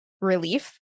relief